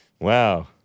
Wow